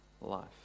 life